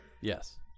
Yes